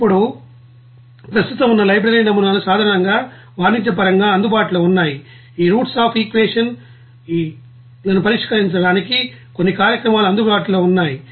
ఇప్పుడు ప్రస్తుతం ఉన్న లైబ్రరీ నమూనాలు సాధారణంగా వాణిజ్యపరంగా అందుబాటులో ఉన్నాయి ఈ రూట్స్ అఫ్ ఈక్వేషన్ ఈ రూట్ ఈక్వేషన్ లను పరిష్కరించడానికి కొన్ని కార్యక్రమాలు అందుబాటులో ఉన్నాయి